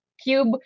Cube